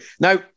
Now